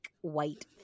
white